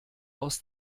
aus